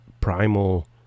primal